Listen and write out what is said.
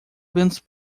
bênção